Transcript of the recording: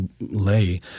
lay